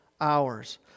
hours